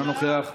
אינו נוכח,